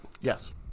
Yes